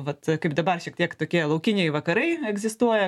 vat kaip dabar šiek tiek tokie laukiniai vakarai egzistuoja